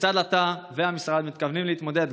כיצד השר והמשרד מתכוננים להתמודד,